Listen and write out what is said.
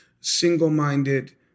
single-minded